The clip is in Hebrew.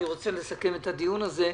ואני רוצה לסכם את הדיון הזה.